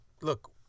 look